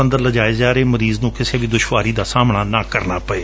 ਅੰਦਰ ਲੈ ਜਾਏ ਜਾ ਰਹੇ ਮਰੀਜ਼ ਨੂੰ ਕਿਸੇ ਦੁਸ਼ਵਾਰੀ ਦਾ ਸਾਹਮਣਾ ਨਾ ਕਰਨਾ ਪਏ